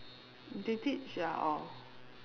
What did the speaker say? they teach ya all